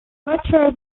retro